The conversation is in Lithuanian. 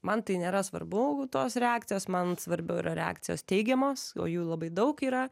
man tai nėra svarbu tos reakcijos man svarbiau yra reakcijos teigiamos o jų labai daug yra